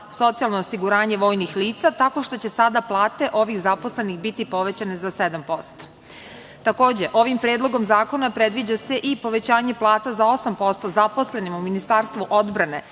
socijalno osiguranje vojnih lica, tako što će sada plate ovih zaposlenih biti povećane za 7%.Takođe, ovim predlogom zakona se predviđa i povećanje plata za 8% zaposlenima u Ministarstvu odbrane,